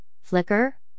flicker